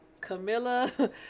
Camilla